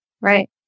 right